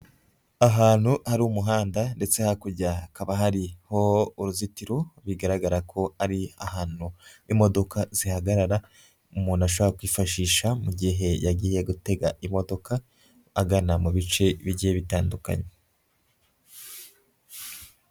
Ahantu hari umuhanda ndetse hakurya hakaba hariho uruzitiro bigaragara ko ari ahantu imodoka zihagarara, umuntu ashobora kwifashisha mu gihe yagiye gutega imodoka, agana mu bice bigiye bitandukanye.